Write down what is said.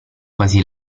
quasi